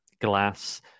glass